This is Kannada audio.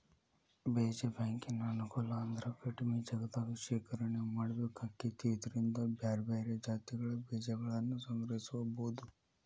ಬೇಜ ಬ್ಯಾಂಕಿನ ಅನುಕೂಲ ಅಂದ್ರ ಕಡಿಮಿ ಜಗದಾಗ ಶೇಖರಣೆ ಮಾಡ್ಬೇಕಾಕೇತಿ ಇದ್ರಿಂದ ಬ್ಯಾರ್ಬ್ಯಾರೇ ಜಾತಿಗಳ ಬೇಜಗಳನ್ನುಸಂಗ್ರಹಿಸಬೋದು